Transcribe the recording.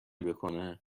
بکنه